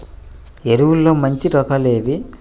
ఎరువుల్లో మంచి రకాలు ఏవి?